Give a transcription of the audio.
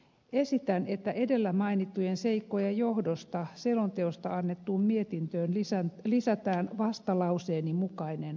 esitän että edellä mainittujen seikkojen johdosta selonteosta annettuun mietintöön lisätään vastalauseeni mukainen lausumaehdotus